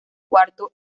cuarto